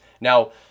Now